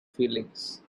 feelings